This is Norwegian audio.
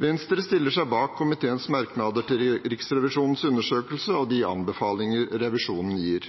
Venstre stiller seg bak komiteens merknader til Riksrevisjonens undersøkelse og de